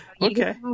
Okay